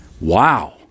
Wow